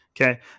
okay